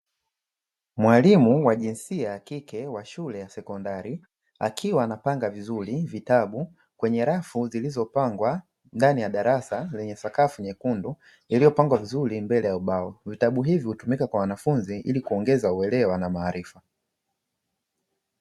Mwalimu wa jinsia ya kike wa shule ya sekondari. Akiwa anapanga vizuri vitabu kwenye rafu zilizopangwa ndani ya darasa lenye sakafu nyekundu, iliyopangwa vizuri mbele ya ubao. Vitabu hivi hutumika kwa wanafunzi ili kuongeza uelewa na maarifa.